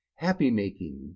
Happy-making